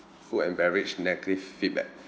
food and beverage negative feedback